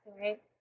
right